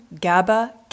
GABA